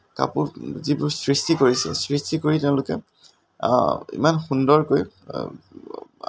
কাপোৰ যিবোৰ সৃষ্টি কৰিছে সৃষ্টি কৰি তেওঁলোকে ইমান সুন্দৰকৈ